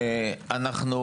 אנחנו,